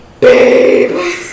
babe